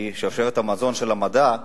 שהיא בשרשרת המזון של המדע,